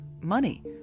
money